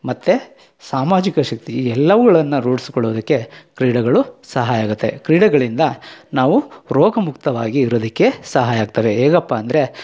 ಮತ್ತು ಸಾಮಾಜಿಕ ಶಕ್ತಿ ಎಲ್ಲವುಗಳನ್ನು ರೂಢಿಸ್ಕೊಳ್ಳೋದಕ್ಕೆ ಕ್ರೀಡೆಗಳು ಸಹಾಯ ಆಗುತ್ತೆ ಕ್ರೀಡೆಗಳಿಂದ ನಾವು ರೋಗ ಮುಕ್ತವಾಗಿ ಇರೋದಕ್ಕೆ ಸಹಾಯ ಆಗ್ತವೆ ಹೇಗಪ್ಪ ಅಂದರೆ